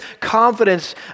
confidence